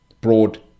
broad